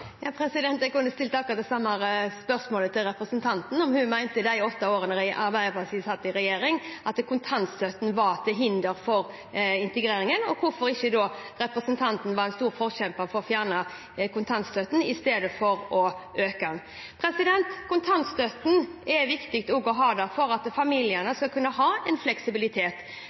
Jeg kunne ha stilt akkurat det samme spørsmålet til representanten, om hun mener at kontantstøtten var til hinder for integreringen i de åtte årene Arbeiderpartiet satt i regjering, og hvorfor ikke representanten da var en stor forkjemper for å fjerne kontantstøtten, istedenfor å øke den. Kontantstøtten er viktig å ha for at familiene